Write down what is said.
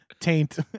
taint